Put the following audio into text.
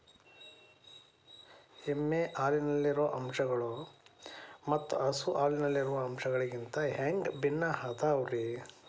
ಎಮ್ಮೆ ಹಾಲಿನಲ್ಲಿರೋ ಅಂಶಗಳು ಮತ್ತ ಹಸು ಹಾಲಿನಲ್ಲಿರೋ ಅಂಶಗಳಿಗಿಂತ ಹ್ಯಾಂಗ ಭಿನ್ನ ಅದಾವ್ರಿ?